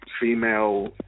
female